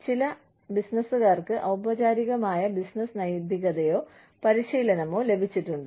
ചില ബിസിനസുകാർക്ക് ഔപചാരികമായ ബിസിനസ്സ് നൈതികതയോ പരിശീലനമോ ലഭിച്ചിട്ടുണ്ട്